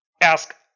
ask